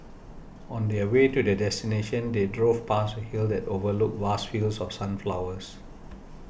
on the way to their destination they drove past a hill that overlook vast fields of sunflowers